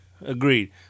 Agreed